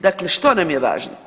Dakle, što nam je važno?